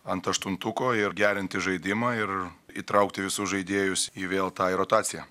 ant aštuntuko ir gerinti žaidimą ir įtraukti visus žaidėjus į vėl tą į rotaciją